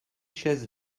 chaises